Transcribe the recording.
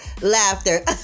laughter